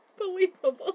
Unbelievable